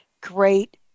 great